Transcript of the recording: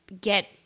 get